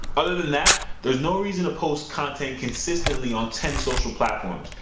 other than that, there's no reason to post content consistently on ten social platforms,